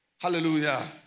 Hallelujah